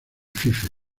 fife